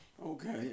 Okay